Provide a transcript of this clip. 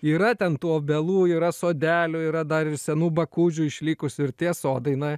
yra ten tų obelų yra sodelių yra dar ir senų bakūžių išlikusių ir tie sodai na